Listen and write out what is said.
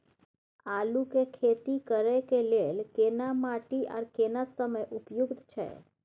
आलू के खेती करय के लेल केना माटी आर केना समय उपयुक्त छैय?